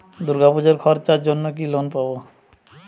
দূর্গাপুজোর খরচার জন্য কি লোন পাব?